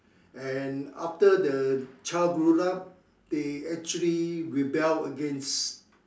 and after the child grown up they actually rebel against